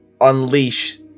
unleash